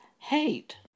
hate